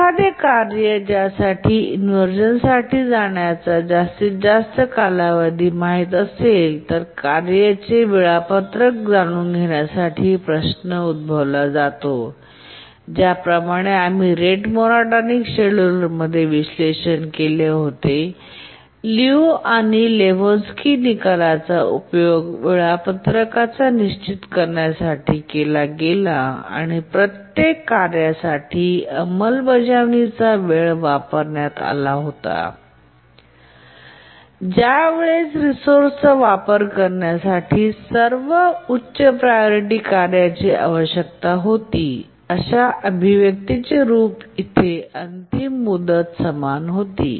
एखादे कार्य ज्यासाठी इन्व्हरझन साठी जाण्याचा जास्तीत जास्त कालावधी माहित असेल तरीही कार्येचे वेळापत्रक जाणून घेण्यासाठी प्रश्न उद्भवला जातोजसे की आम्ही रेट मोनोटोनिक शेड्यूलरमध्ये विश्लेषण केले लियू आणि लेहोक्स्की निकालाचा उपयोग वेळापत्रक निश्चित करण्यासाठी केला गेला होता आणि प्रत्येक कार्यासाठी अंमलबजावणीचा वेळ वापरण्यात आला होता आणि ज्या वेळेस रिसोर्संचा वापर करण्यासाठी सर्व उच्च प्रायोरिटी कार्यांची आवश्यकता होती जिथे त्यांची अंतिम मुदत समान होती